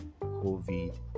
covid